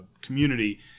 community